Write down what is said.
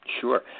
Sure